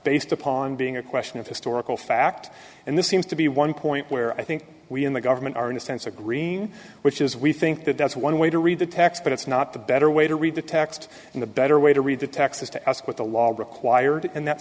based upon being a question of historical fact and this seems to be one point where i think we in the government are in a sense agreeing which is we think that that's one way to read the text but it's not the better way to read the text and the better way to read the text is to ask what the law required in that